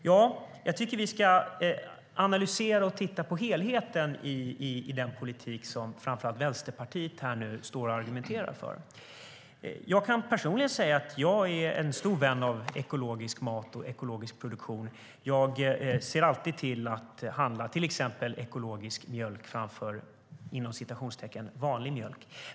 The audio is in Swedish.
Jag tycker att vi ska analysera och titta på helheten i den politik som framför allt Vänsterpartiet argumenterar för. Jag är en stor vän av ekologisk mat och ekologisk produktion. Jag ser alltid till att handla till exempel ekologisk mjölk framför "vanlig" mjölk.